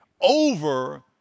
over